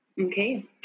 Okay